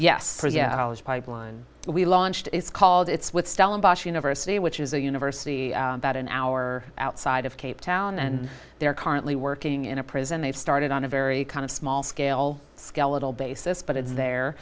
dollars pipeline we launched it's called it's with stellenbosch university which is a university about an hour outside of cape town and they're currently working in a prison they've started on a very kind of small scale skeletal basis but it's there